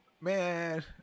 Man